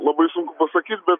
labai sunku pasakyt bet